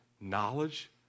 knowledge